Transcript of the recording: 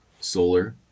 solar